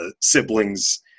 siblings